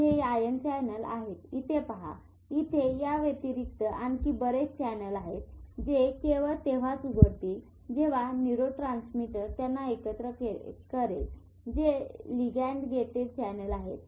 तर हे ion channel आहेतइथे पहा इथे याव्यतिरिक्त आणखी बरेच चॅनेल आहेत जे केवळ तेव्हाच उघडतील जेव्हा न्यूरोट्रांसमीटर त्यांना एकत्र केले करेल जे लिगॅंड गेटेड चॅनेल आहेत